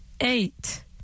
eight